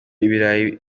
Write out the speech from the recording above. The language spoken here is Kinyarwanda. ibirayi